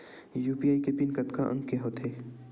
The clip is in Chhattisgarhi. यू.पी.आई के पिन कतका अंक के होथे?